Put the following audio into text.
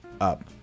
up